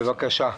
בבקשה.